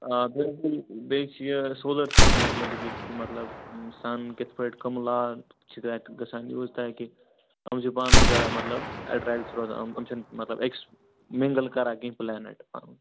آ بِلکُل بیٚیہِ چھُ یہِ سولَر سِسٹَمَس مُتعلِق یہِ مَطلَب سَن کِتھ پٲٹھۍ کم لاز چھِ تَتیٚتھ گَژھان یوٗز تاکہ یِم چھ پانہٕ ؤنۍ کران مَطلَب اٹریٚکٹہٕ چھِ روزان یم یِم چھِنہٕ مَطلَب أکس مںٛگل کران کِہیٖنۍ پلینٹ پَنن